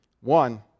One